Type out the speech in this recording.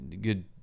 good